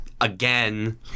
again